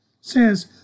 says